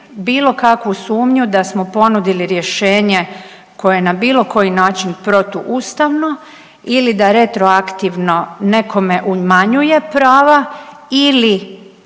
bilo kakvu sumnju da smo ponudili rješenje koje je na bilokoji način protuustavno ili da retroaktivno nekome umanjuje prava ili